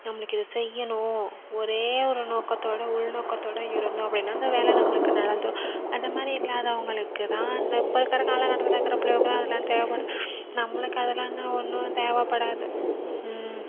நம்மளுக்கு இதை செய்யணும் ஒரே ஒரு நோக்கத்தோட உள்நோக்கத்தோட இருந்தோம் அப்படீன்னா அந்த வேலை நம்மளுக்கு நடந்துரும் அதமாதிரி இல்லாதவங்களுக்கு தான் அந்த இப்போ இருக்கிற காலகட்டத்தில் இருக்கிற பிள்ளைவோளுக்குலாம் அதெலாம் தேவைப்படும் நம்மளுக்கு அதெல்லாம் ஒன்றும் தேவைப்படாது